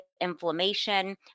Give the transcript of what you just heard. inflammation